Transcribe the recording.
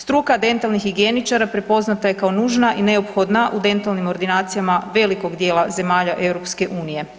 Struka dentalnih higijeničara prepoznata je kao nužna i neophodna u dentalnim ordinacijama velikog dijela zemalja EU.